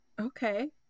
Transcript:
okay